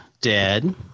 dead